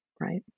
right